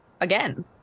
Again